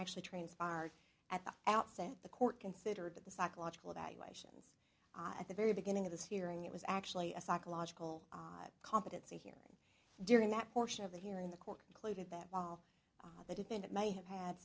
actually trains are at the outset the court considered the psychological evaluations at the very beginning of this hearing it was actually a psychological competency hearing during that portion of the here in the court concluded that all the defendant may have had